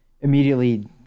immediately